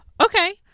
Okay